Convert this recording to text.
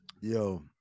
Yo